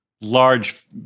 Large